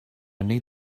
need